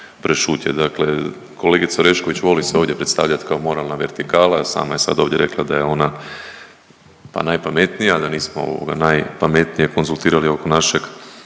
Dakle, kolegica Orešković voli se ovdje predstavljat kao moralna vertikala, a sama je sad ovdje rekla da je ona pa najpametnija, da nismo ovoga najpametnije konzultirali oko našeg